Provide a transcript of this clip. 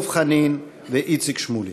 דב חנין ואיציק שמולי.